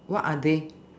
what are they